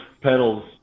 pedals